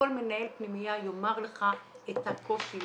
כל מנהל פנימייה יאמר לך את הקושי,